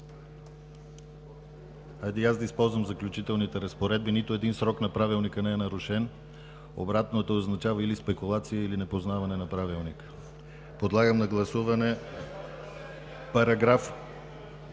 аз да използвам „Заключителните разпоредби“. Нито един срок на Правилника не е нарушен – обратното означава или спекулация, или непознаване на Правилника. (Шум и реплики.) Параграф